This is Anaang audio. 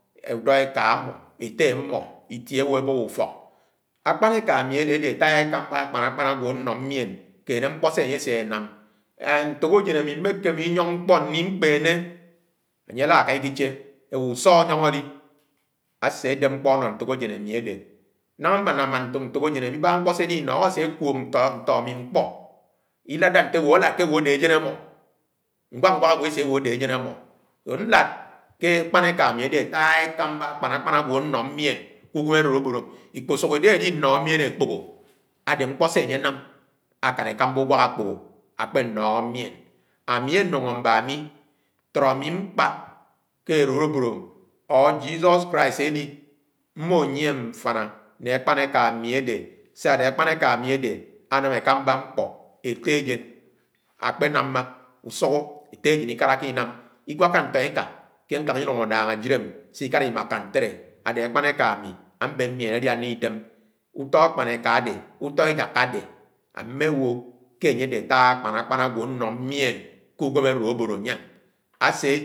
Atté ámó itiè ewó ebób úfók, àkpánéká am̃i àdẽ adé àkpák akpàñ agwo ánó nyiẽñ, kẽnẽ ñkpó sé anye asénám. Mmékémé iñyóng ñkpo ñli ñkpénẽ añye aláká ìkéche awo úsọ añyong ali. asédép ñkpó año ñtok ãjéñ ami adé, nangaá mmánámán ntok-ntok ajen ibáhã nkpo se ali ñọhọ́ asekwó ntọ́ ami ñkpór alád ntẽ àwó adẽ ajén ámọ́, ñwak-ñwák agwo ese ewo kede ajén amọ́. ñlad ke álipánéká ami adé atã àkpàn ákpãn agwo ámo ñyién ke úwém àlólóabád am̃i. Ikpúsúk idẽ aliññọhọ́ nyien ákpóhó, adẽ nkpo se anye aném adẽ àkámá únwãk ákpõhó akpeñọ́họ̃. Ámi nuñgoõ mbámí tọ́rọ́ ámi m̃kpá ke álóloãbád mmé Jesus Christ dmst àli múho nyie mfãná ññe ákpán éká ami àdẽ. Sá-adẽ akpan-ekami anam ekámbá ñkpo ette ajén ìkáláké ìnam. Inwáké ñtọ éká ke ñkáng ilúng ánnáng ajid sikálá ímáká ñtelẽ, àdẽ akpanéká amì àbén ñyiéñ aliañ ké idém uto éjáká adẽ ami mméwó ké anye adẽ atá ákpán-àkpán àgwo anọ nyien to úwém alólóbod ñyiéñ.